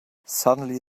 suddenly